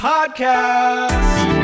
Podcast